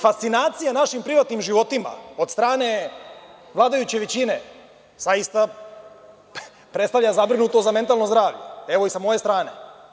Fascinacija našim privatnim životima od strane vladajuće većine, zaista predstavlja zabrinutost za mentalno zdravlje, evo, i sa moje strane.